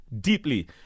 deeply